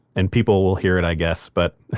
and people will hear it i guess, but